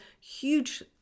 huge